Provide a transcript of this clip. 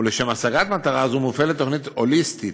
ולשם השגת מטרה זו מופעלת תוכנית הוליסטית